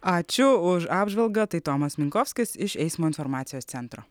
ačiū už apžvalgą tai tomas minkovskis iš eismo informacijos centro